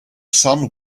son